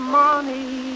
money